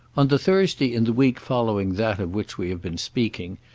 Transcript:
on the thursday in the week following that of which we have been speaking,